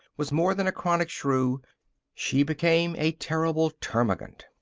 was more than a chronic shrew she became a terrible termagant.